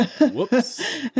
whoops